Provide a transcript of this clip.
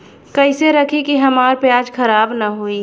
कइसे रखी कि हमार प्याज खराब न हो?